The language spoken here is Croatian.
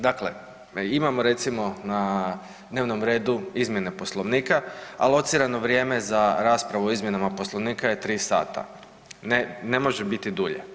Dakle, imamo recimo na dnevnom redu izmjene Poslovnika, alocirano vrijeme za raspravu o izmjenama Poslovnika je 3 sata, ne, ne može biti dulje.